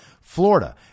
Florida